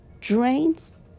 drains